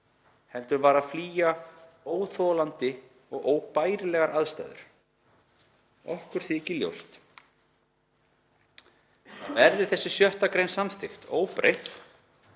heldur var það að flýja óþolandi og óbærilegar aðstæður. Okkur þykir ljóst að verði þessi 6. gr. samþykkt óbreytt